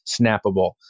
snappable